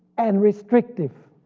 and restrictive,